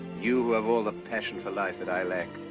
you have all the passion for life that i lack.